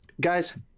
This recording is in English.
Guys